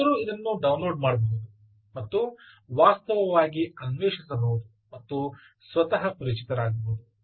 ಯಾರಾದರೂ ಇದನ್ನು ಡೌನ್ಲೋಡ್ ಮಾಡಬಹುದು ಮತ್ತು ವಾಸ್ತವವಾಗಿ ಅನ್ವೇಷಿಸಬಹುದು ಮತ್ತು ಸ್ವತಃ ಪರಿಚಿತರಾಗಬಹುದು